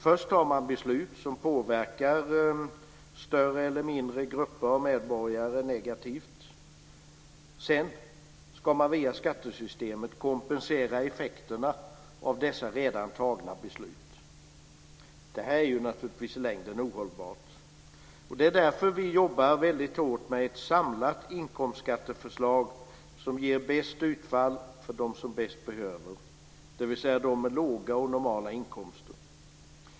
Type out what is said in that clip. Först fattar man beslut som påverkar större eller mindre grupper av medborgare negativt; sedan ska man via skattesystemet kompensera effekterna av dessa redan fattade beslut. Det här är naturligtvis i längden ohållbart. Det är därför vi jobbar väldigt hårt med ett samlat inkomstskatteförslag som ger bäst utfall åt dem som bäst behöver det, dvs. de med låga och normala inkomster.